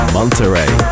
Monterey